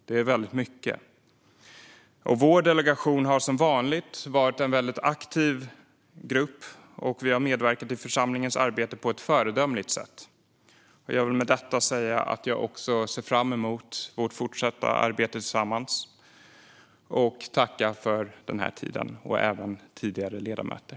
Det är väldigt mycket. Vår delegation har som vanligt varit en väldigt aktiv grupp, och vi har medverkat i församlingens arbete på ett föredömligt sätt. Jag vill med detta säga att jag ser fram emot vårt fortsatta arbete tillsammans. Jag tackar för den här tiden, och riktar också ett tack till tidigare ledamöter.